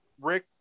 Rick